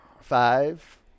Five